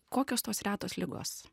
kokios tos retos ligos